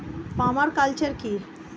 Parma culture কি?